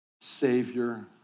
Savior